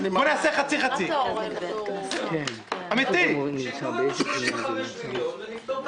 שייתנו גם את ה-35 מיליון ונפתור את